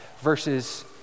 versus